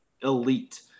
elite